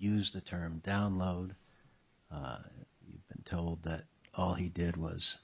used the term download but told that all he did was